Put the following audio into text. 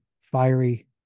fiery